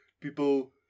people